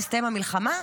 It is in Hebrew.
תסתיים המלחמה,